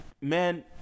man